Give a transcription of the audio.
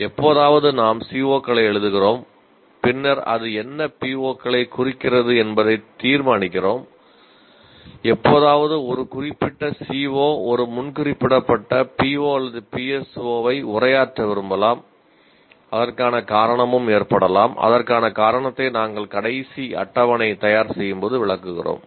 எப்போதாவது நாம் CO களை எழுதுகிறோம் பின்னர் அது என்ன PO களைக் குறிக்கிறது என்பதைத் தீர்மானிக்கலாம் எப்போதாவது ஒரு குறிப்பிட்ட CO ஒரு முன் குறிப்பிடப்பட்ட PO அல்லது PSO ஐ உரையாற்ற விரும்பலாம் அதற்கான காரணமும் ஏற்படலாம் அதற்கான காரணத்தை நாங்கள் கடைசி அட்டவணை தயார் செய்யும்போது விளக்குகிறோம்